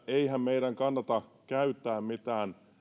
eihän meidän kannata käyttää mitään